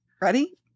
ready